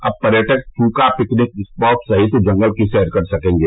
अब पर्यटक चूका पिकनिक स्पॉट सहित जंगल की सैर कर सकेंगे